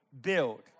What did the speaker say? build